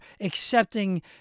accepting